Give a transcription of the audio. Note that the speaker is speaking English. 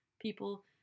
people